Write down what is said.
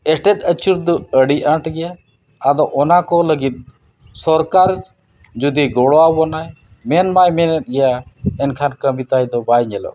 ᱮᱸᱴᱮᱫ ᱟᱹᱪᱩᱨ ᱫᱚ ᱟᱹᱰᱤ ᱟᱸᱴ ᱜᱮᱭᱟ ᱟᱫᱚ ᱚᱱᱟ ᱠᱚ ᱞᱟᱹᱜᱤᱫ ᱥᱚᱨᱠᱟᱨ ᱡᱩᱫᱤᱭ ᱜᱚᱲᱚ ᱟᱵᱚᱱᱟᱭ ᱢᱮᱱ ᱢᱟᱭ ᱢᱮᱱᱮᱫ ᱜᱮᱭᱟ ᱮᱱᱠᱷᱟᱱ ᱠᱟᱹᱢᱤ ᱛᱟᱭ ᱫᱚ ᱵᱟᱭ ᱧᱮᱞᱚᱜ ᱠᱟᱱᱟ